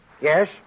Yes